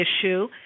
issue